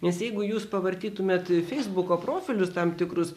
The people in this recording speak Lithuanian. nes jeigu jūs pavartytumėt feisbuko profilius tam tikrus